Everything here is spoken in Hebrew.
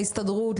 להסתדרות,